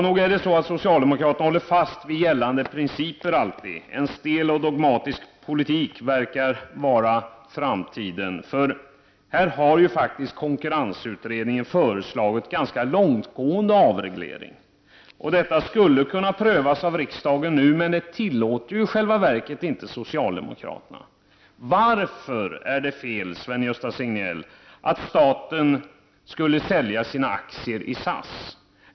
Nog håller socialdemokraterna fast vid gällande principer alltid. En stel och dogmatisk politik verkar vara framtiden. Här har ju konkurrensutredningen faktiskt föreslagit ganska långtgående avregleringar. Detta skulle kunna prövas av riksdagen nu, men det tillåter inte socialdemokraterna. Varför är det fel, Sven-Gösta Signell, att staten skulle sälja sina aktier i SAS?